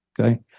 Okay